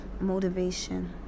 motivation